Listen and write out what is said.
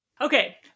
Okay